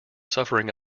suffering